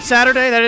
Saturday